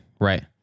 right